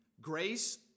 grace